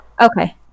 okay